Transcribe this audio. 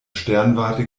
sternwarte